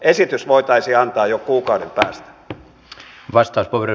esitys voitaisiin antaa jo kuukauden päästä